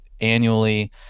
annually